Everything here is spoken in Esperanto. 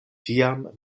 tiam